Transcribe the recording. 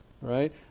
right